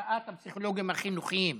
הפסיכולוגים החינוכיים.